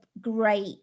great